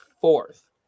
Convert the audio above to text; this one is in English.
fourth